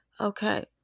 okay